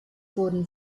wurden